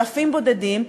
אלפים בודדים,